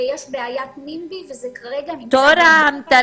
ויש בעיית נמב"י, וזה כרגע נמצא בהתדיינות.